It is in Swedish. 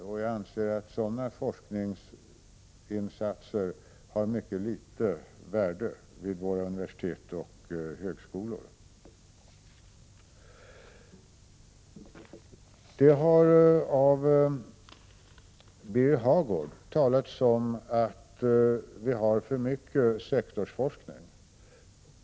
Jag anser att sådana forskningsinsatser har mycket litet värde vid våra universitet och högskolor. Birger Hagård talade om att vi har för mycket sektorsforskning.